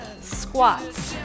squats